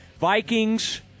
Vikings